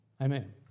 Amen